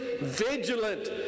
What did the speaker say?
vigilant